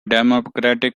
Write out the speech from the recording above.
democratic